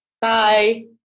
bye